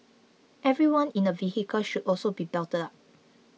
everyone in a vehicle should also be belted up